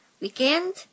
weekend